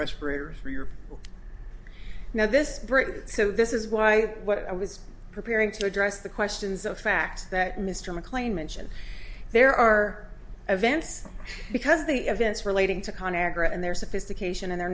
respirator for your now this bridge so this is why what i was preparing to address the questions of fact that mr mclean mention there are events because the events relating to con agra and their sophistication and their